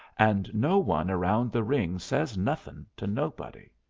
and no one around the ring says nothing to nobody.